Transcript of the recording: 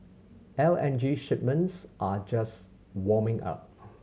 L N G shipments are just warming up